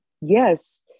Yes